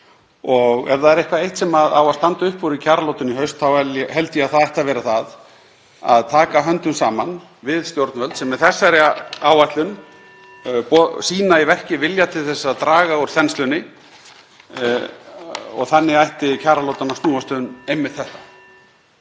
Ef það er eitthvað eitt sem á að standa upp úr í kjaralotunni í haust þá held ég að það ætti að vera það að taka höndum saman við stjórnvöld sem með þessari áætlun sýna í verki vilja til að draga úr þenslunni og þannig ætti kjaralotan að snúast um einmitt þetta.